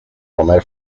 comer